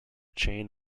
chain